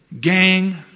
Gang